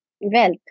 Wealth